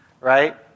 right